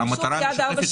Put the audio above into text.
הגמישות היא עד ארבע שנים.